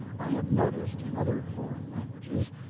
i had noticed, in other foreign languages,